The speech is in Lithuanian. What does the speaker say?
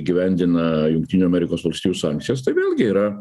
įgyvendina jungtinių amerikos valstijų sankcijas tai vėlgi yra